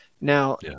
now